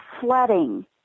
flooding